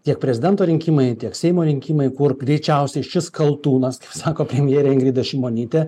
tiek prezidento rinkimai tiek seimo rinkimai kur greičiausiai šis kaltūnas sako premjerė ingrida šimonytė